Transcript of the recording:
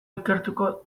ikertuko